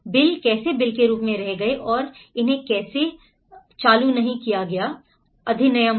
bill कैसे bill के रूप में रह गए और इसे कैसे चालू नहीं किया गया एक अधिनियम में